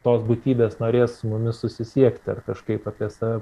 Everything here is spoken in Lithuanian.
tos būtybės norės mumis susisiekti ir kažkaip apie save